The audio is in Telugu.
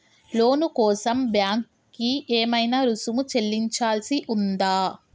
లోను కోసం బ్యాంక్ కి ఏమైనా రుసుము చెల్లించాల్సి ఉందా?